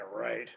right